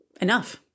enough